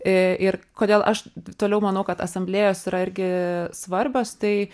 i ir kodėl aš toliau manau kad asamblėjos yra irgi svarbios tai